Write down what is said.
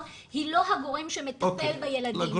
היא לא הגורם שמטפל בילדים --- אוקיי,